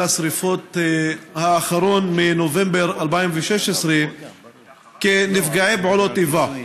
השרפות האחרון מנובמבר 2016 כנפגעי פעולות איבה.